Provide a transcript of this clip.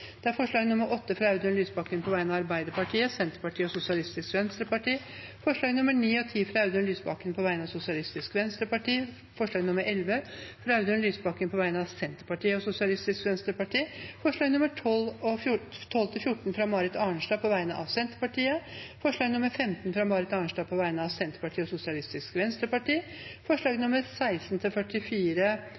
forslag nr. 8, fra Audun Lysbakken på vegne av Arbeiderpartiet, Senterpartiet og Sosialistisk Venstreparti forslagene nr. 9 og 10, fra Audun Lysbakken på vegne av Sosialistisk Venstreparti forslag nr. 11, fra Audun Lysbakken på vegne av Senterpartiet og Sosialistisk Venstreparti forslagene nr. 12–14, fra Marit Arnstad på vegne av Senterpartiet forslag nr. 15, fra Marit Arnstad på vegne av Senterpartiet og Sosialistisk Venstreparti forslagene nr. 16–44, fra Jonas Gahr Støre på vegne av Arbeiderpartiet, Fremskrittspartiet, Senterpartiet og Sosialistisk Venstreparti forslag